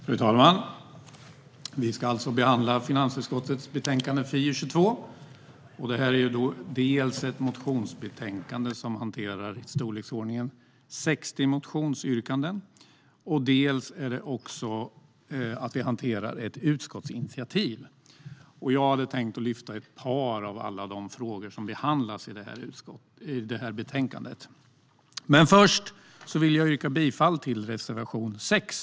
Fru talman! Vi ska behandla finansutskottets betänkande FiU22. Dels är det här ett motionsbetänkande som hanterar i storleksordningen 60 motionsyrkanden, dels hanterar vi ett utskottsinitiativ. Jag hade tänkt lyfta fram ett par av alla de frågor som behandlas i betänkandet. Jag yrkar bifall till reservation 6.